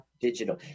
digital